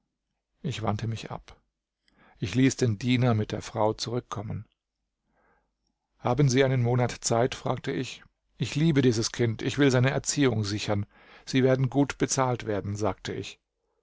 ich wandte mich ab ich ließ den diener mit der frau zurückkommen haben sie einen monat zeit fragte ich ich liebe dieses kind ich will seine erziehung sichern sie werden gut bezahlt werden sagte ich